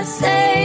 say